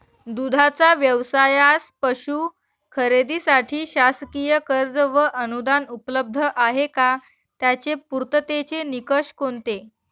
दूधाचा व्यवसायास पशू खरेदीसाठी शासकीय कर्ज व अनुदान उपलब्ध आहे का? त्याचे पूर्ततेचे निकष कोणते?